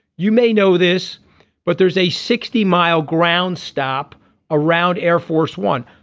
you may know this but there's a sixty mile ground stop around air force one.